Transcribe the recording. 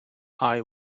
eye